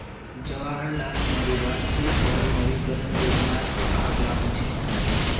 जवाहर लाल नेहरूर राष्ट्रीय शहरी नवीकरण योजनार स कहाक लाभ हछेक